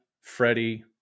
Freddie